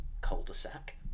cul-de-sac